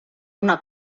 una